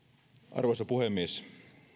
arvoisa puhemies